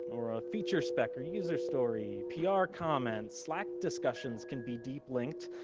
or a feature spec, or user story, pr comments, slack discussions can be deep linked.